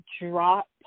drop